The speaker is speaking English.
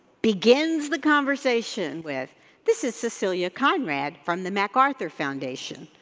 begins the conversation with this is cecilia conrad from the macarthur foundation,